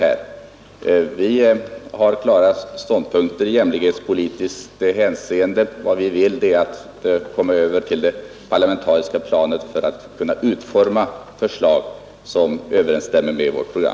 Vi har klara ståndpunkter i jämlikhetspolitiskt hänseende. Vår önskan är att komma över till det parlamentariska planet för att kunna utforma förslag, som överensstämmer med vårt program.